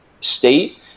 state